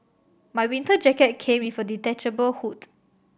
my winter jacket came with a detachable hood